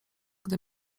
gdy